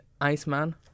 Iceman